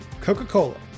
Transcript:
Coca-Cola